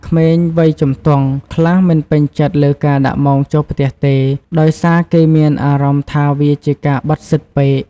ក្មេងវ័យជំទង់ខ្លះមិនពេញចិត្តលើការដាក់ម៉ោងចូលផ្ទះទេ ដោយសារគេមានអារម្មណ៍ថាវាជាការបិទសិទ្ធពេក។